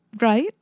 right